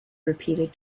repeated